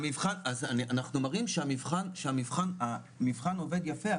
אז אנחנו מראים שהמבחן עובד יפה.